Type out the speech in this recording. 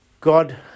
God